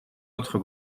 notre